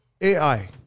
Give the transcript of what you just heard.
AI